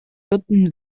guten